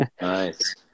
Nice